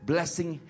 Blessing